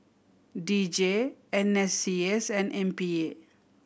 D J N S C S and M P A